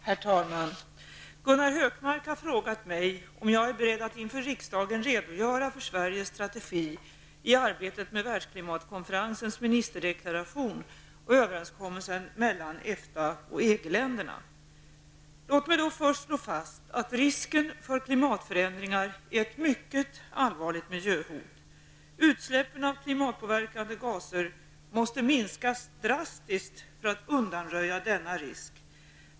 Herr talman! Gunnar Hökmark har frågat mig om jag är beredd att inför riksdagen redogöra för Låt mig först slå fast att risken för klimatförändringar är ett mycket allvarligt miljöhot. Utsläppen av klimatpåverkande gaser måste minskas drastiskt för att undanröja denna risk.